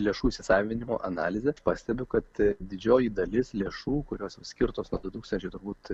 lėšų įsisavinimo analizę pastebiu kad didžioji dalis lėšų kurios skirtos du tūkstančiai turbūt